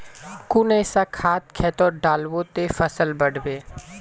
कुन ऐसा खाद खेतोत डालबो ते फसल बढ़बे?